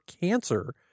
cancer